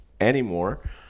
anymore